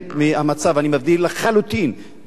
אני מבדיל לחלוטין בין הסיטואציות,